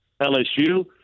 LSU